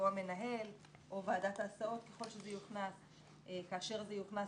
המנהל או ועדת ההסעות ככל שזה יוכנס כאשר זה יוכנס,